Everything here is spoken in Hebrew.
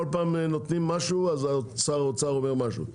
כל פעם נותנים משהו, ושר האוצר אומר משהו.